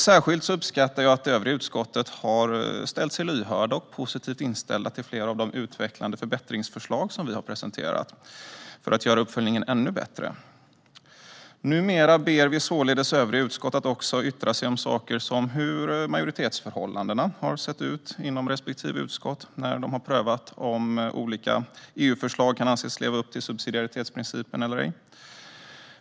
Särskilt uppskattar jag att de övriga i utskottet har visat sig lyhörda och positivt inställda till flera av de utvecklande förbättringsförslag som vi har presenterat för att göra uppföljningen ännu bättre. Numera ber vi således också övriga utskott att yttra sig om sådant som hur majoritetsförhållandena har sett ut inom respektive utskott när det har prövat om de olika EU-förslagen kan anses leva upp till subsidiaritetsprincipen eller ej.